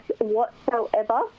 whatsoever